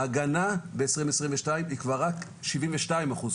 ההגנה ב-2022 היא כבר רק שבעים ושניים אחוז.